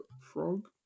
frog